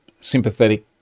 sympathetic